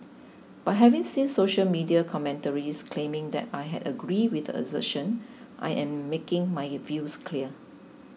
but having seen social media commentaries claiming that I had agreed with the assertion I am making my views clear